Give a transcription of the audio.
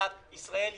שמדינת ישראל ידעה.